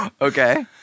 Okay